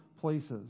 places